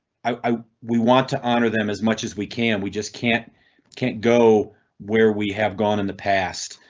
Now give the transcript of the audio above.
i we want to honor them as much as we can, we just can't can't go where we have gone in the past.